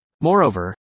Moreover